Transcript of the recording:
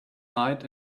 night